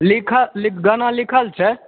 लिख गाना लिखल छै